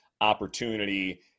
opportunity